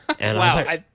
Wow